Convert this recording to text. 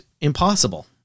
impossible